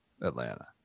Atlanta